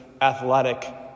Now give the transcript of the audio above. athletic